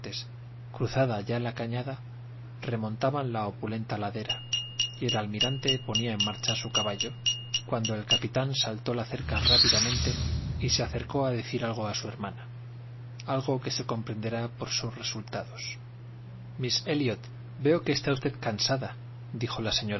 cruzada ya la cañada remontaban la opuesta ladera y el almirante ponía en marcha su caballo cuando el capitán saltó la cerca rápidamente y se acercó a decir algo a su hermana algo que se comprenderá por sus resultados miss elliot veo que está usted cansada dijo la